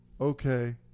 Okay